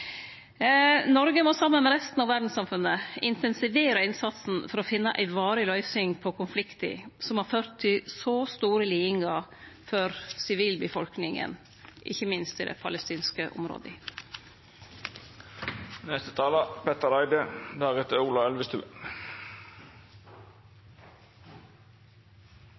Noreg må saman med resten av verdssamfunnet intensivere innsatsen for å finne ei varig løysing på konflikten som har ført til så store lidingar for sivilbefolkninga, ikkje minst i dei palestinske